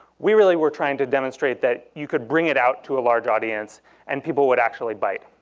we really were trying to demonstrate that you could bring it out to a large audience and people would actually bite.